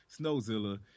Snowzilla